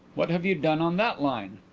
what have you done on that line?